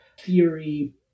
theory